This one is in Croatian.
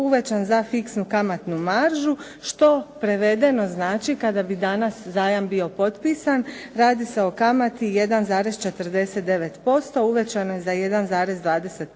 uvećan za fiksnu kamatnu maržu, što prevedeno znači kada bi zajam danas bio potpisan radi se o kamati 1,49%, uvećanoj za 1,20%